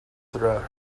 throughout